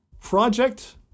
Project